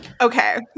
Okay